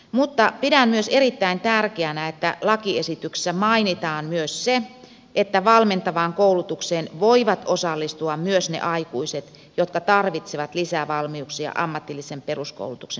mutta pidän myös erittäin tärkeänä että lakiesityksessä mainitaan se että valmentavaan koulutukseen voivat osallistua myös ne aikuiset jotka tarvitsevat lisävalmiuksia ammatillisen peruskoulutuksen suorittamiseksi